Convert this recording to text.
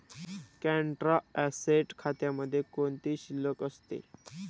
Contra asset खात्यामध्ये कोणती शिल्लक असते?